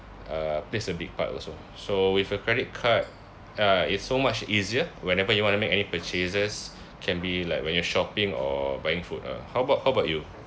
uh plays a big part also so with a credit card uh it's so much easier whenever you want to make any purchases can be like when you're shopping or buying food ah how about how about you